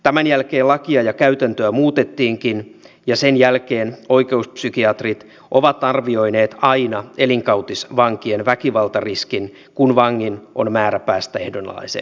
tämän jälkeen lakia ja käytäntöä muutettiinkin ja sen jälkeen oikeuspsykiatrit ovat arvioineet aina elinkautisvankien väkivaltariskin kun vangin on määrä päästä ehdonalaiseen vapauteen